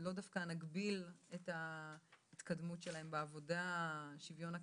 נגביל את ההתקדמות שלהן בעבודה, שוויון כספי,